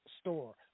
store